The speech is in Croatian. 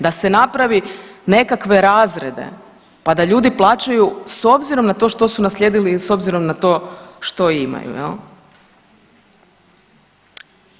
Da se napravi nekakve razrede pa da ljudi plaćaju, s obzirom na to što su naslijedili i s obzirom na to što imaju, je li?